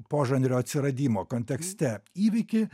požanrio atsiradimo kontekste įvykį